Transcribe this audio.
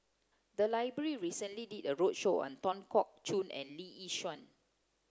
the library recently did a roadshow on Tan Keong Choon and Lee Yi Shyan